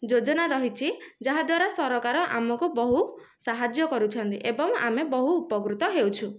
ଯୋଜନା ରହିଛି ଯାହାଦ୍ୱାରା ସରକାର ଆମକୁ ବହୁ ସାହାଯ୍ୟ କରୁଛନ୍ତି ଏବଂ ଆମେ ବହୁ ଉପକୃତ ହେଉଛୁ